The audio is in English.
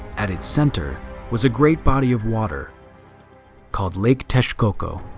at its center was a great body of water called lake texcoco.